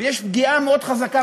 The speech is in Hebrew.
ויש פגיעה מאוד חזקה